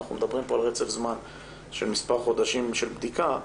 מדובר פה ברצף זמן של מספר חודשים של בדיקה,